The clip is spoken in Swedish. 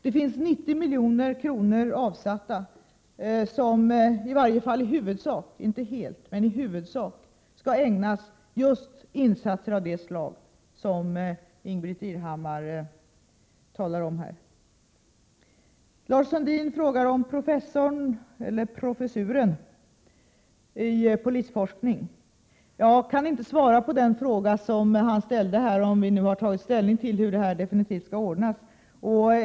Det finns 90 milj.kr. avsatta, som i huvudsak skall ägnas just insatser av det slag som Ingbritt Irhammar talar om här. Lars Sundin talar om professuren i polisforskning. Jag kan inte svara på frågan om vi har tagit ställning till hur detta definitivt skall ordnas.